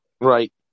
Right